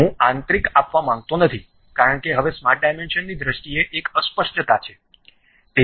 હું આંતરિક આપવા માંગતો નથી કારણ કે હવે ડાયમેન્શનની દ્રષ્ટિએ એક અસ્પષ્ટતા છે